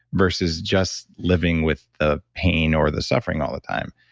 versus just living with the pain or the suffering all the time.